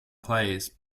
plays